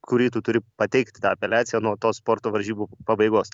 kurį tu turi pateikt tą apeliaciją nuo tos sporto varžybų pabaigos